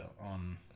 on